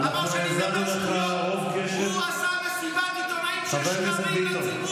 בנית נאום של שקרים במסיבת עיתונאים.